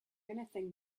anything